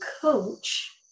coach